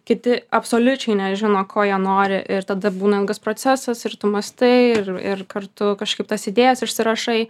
kiti absoliučiai nežino ko jie nori ir tada būna ilgas procesas ir tu mąstai ir ir kartu kažkaip tas idėjas išsirašai